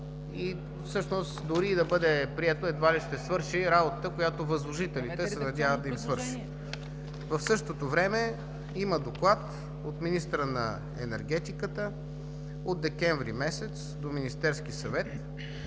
решение. Дори и да бъде прието, едва ли ще свърши работата, която възложителите се надяват да им свърши. В същото време има доклад от министъра на енергетиката от месец декември 2016 г. до Министерския съвет